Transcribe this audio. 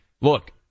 look